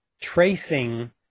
tracing